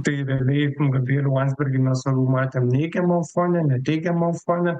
tai realiai gabrielių nu landsbergį mes labiau matėm neigiamam fone ne teigiamam fone